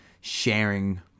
sharing